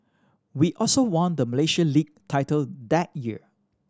we also won the Malaysia League title that year